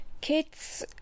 Kids